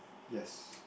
yes